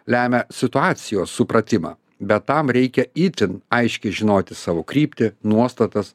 lemia situacijos supratimą bet tam reikia itin aiškiai žinoti savo kryptį nuostatas